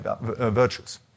virtues